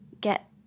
get